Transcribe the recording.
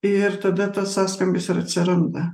ir tada tas sąskambis ir atsiranda